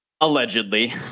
Allegedly